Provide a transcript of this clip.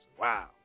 Wow